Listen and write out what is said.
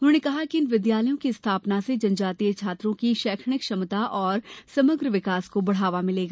उन्होंने कहा कि इन विद्यालयों की स्थापना से जनजातीय छात्रों की शैक्षणिक क्षमता और समग्र विकास को बढ़ावा मिलेगा